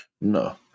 no